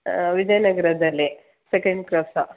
ಹಾಂ ವಿಜಯನಗರದಲ್ಲಿ second cross